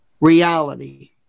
reality